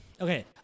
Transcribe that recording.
Okay